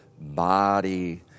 body